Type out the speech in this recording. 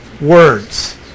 words